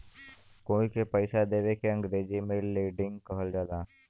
कोई के पइसा देवे के अंग्रेजी में लेंडिग कहल जाला